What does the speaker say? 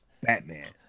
Batman